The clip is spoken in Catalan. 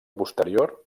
posterior